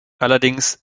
allerdings